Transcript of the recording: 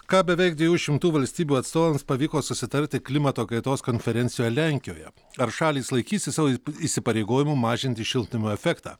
ką beveik dviejų šimtų valstybių atstovams pavyko susitarti klimato kaitos konferencijoje lenkijoje ar šalys laikysis savo įsipareigojimų mažinti šiltnamio efektą